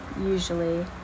usually